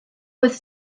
oedd